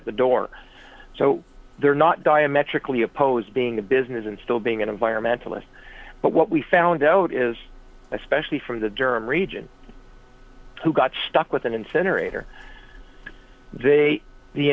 at the door so they're not diametrically opposed being a business and still being an environmentalist but what we found out is especially from the durham region who got stuck with an incinerator they the